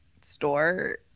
store